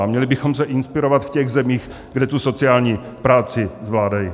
A měli bychom se inspirovat v zemích, kde sociální práci zvládají.